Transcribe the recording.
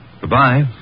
goodbye